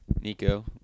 Nico